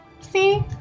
See